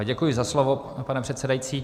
Děkuji za slovo, pane předsedající.